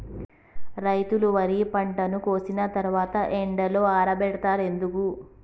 రైతులు వరి పంటను కోసిన తర్వాత ఎండలో ఆరబెడుతరు ఎందుకు?